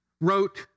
wrote